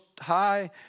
high